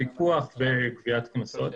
פיקוח וגביית קנסות.